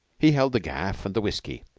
he held the gaff and the whiskey.